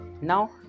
Now